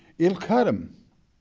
it'll cut them,